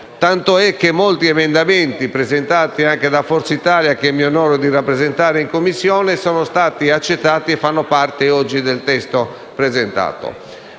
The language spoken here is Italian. Tant'è vero che molti emendamenti presentati anche da Forza Italia, che mi onoro di rappresentare in Commissione, sono stati accettati e fanno oggi parte del testo presentato.